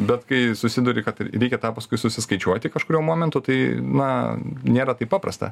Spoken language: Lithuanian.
bet kai susiduri kad reikia tą paskui susiskaičiuoti kažkuriuo momentu tai na nėra taip paprasta